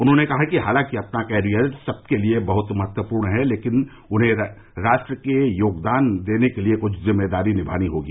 उन्होंने कहा कि हालांकि अपना करियर सबके लिए बहुत महत्वपूर्ण है लेकिन उन्हें राष्ट्र में योगदान देने के लिए कुछ जिम्मेदारी निमानी होंगी